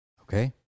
Okay